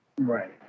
right